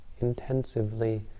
intensively